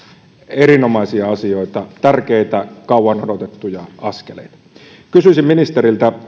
erinomaisia asioita tärkeitä kauan odotettuja askeleita kysyisin ministeriltä